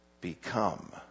become